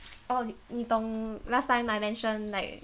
oh 你懂 last time I mention like